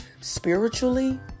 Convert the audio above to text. spiritually